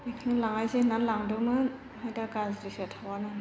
बेखौनो लांनायसै होननानै लांदोंमोन ओमफाय दा गाज्रिसो थावआनो